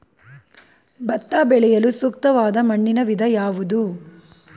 ಭತ್ತ ಬೆಳೆಯಲು ಸೂಕ್ತವಾದ ಮಣ್ಣಿನ ವಿಧ ಯಾವುದು?